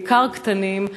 בעיקר קטנים,